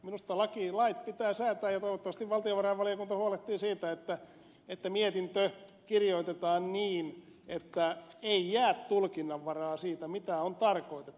minusta lait pitää säätää niin ja toivottavasti valtiovarainvaliokunta huolehtii siitä että mietintö kirjoitetaan niin että ei jää tulkinnanvaraa siitä mitä on tarkoitettu